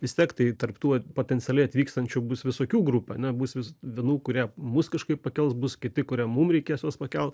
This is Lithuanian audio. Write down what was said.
vis tiek tai taptų potencialiai atvykstančių bus visokių grupių ane bus vis vienų kurie mus kažkaip pakels bus kiti kurie mum reikės juos pakelt